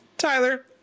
Tyler